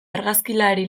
argazkilari